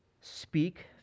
speak